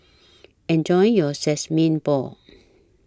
Enjoy your Sesame Balls